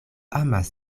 amas